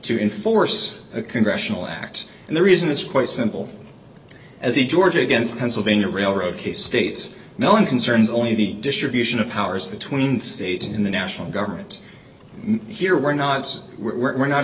to enforce a congressional act and the reason is quite simple as the georgia against pennsylvania railroad case states now in concerns only the distribution of powers between states in the national government here we're not we're not